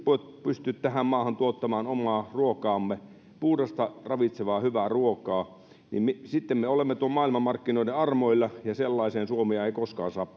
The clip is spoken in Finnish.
pysty tähän maahan tuottamaan omaa ruokaamme puhdasta ravitsevaa hyvää ruokaa niin sitten me olemme noiden maailmanmarkkinoiden armoilla ja sellaiseen suomea ei koskaan saa